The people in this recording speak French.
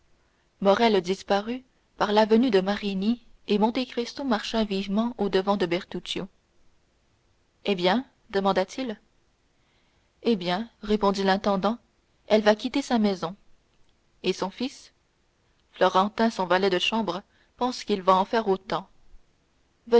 morrel disparut par l'avenue de marigny et monte cristo marcha vivement au-devant de bertuccio eh bien demanda-t-il eh bien répondit l'intendant elle va quitter sa maison et son fils florentin son valet de chambre pense qu'il en va faire autant